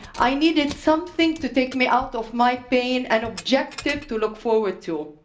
i needed something to take me out of my pain, an objective to look forward to.